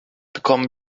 bekommen